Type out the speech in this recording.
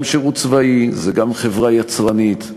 גם שירות צבאי, גם חברה יצרנית,